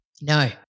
No